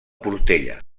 portella